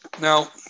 Now